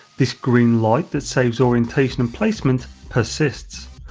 this green light that saves orientation and placement, persists.